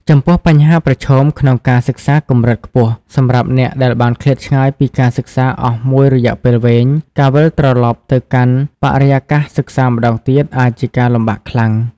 ចំពោះបញ្ហាប្រឈមក្នុងការសិក្សាកម្រិតខ្ពស់ សម្រាប់អ្នកដែលបានឃ្លាតឆ្ងាយពីការសិក្សាអស់មួយរយៈពេលវែង ការវិលត្រឡប់ទៅកាន់បរិយាកាសសិក្សាម្តងទៀតអាចជាការលំបាកខ្លាំង។